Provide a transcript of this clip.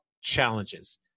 challenges